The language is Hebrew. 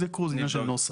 תבדקו, זה עניין של נוסח.